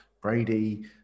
Brady